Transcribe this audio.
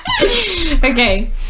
Okay